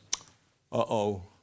Uh-oh